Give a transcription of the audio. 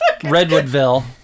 Redwoodville